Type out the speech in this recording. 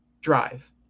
Drive